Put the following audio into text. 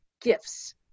gifts